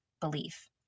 belief